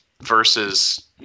versus